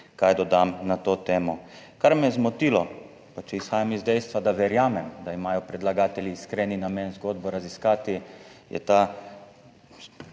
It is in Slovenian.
kaj dodam na to temo. Kar me je zmotilo, če izhajam iz dejstva, da verjamem, da imajo predlagatelji iskren namen zgodbo raziskati, je